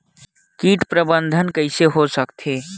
कीट प्रबंधन कइसे हो सकथे?